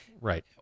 Right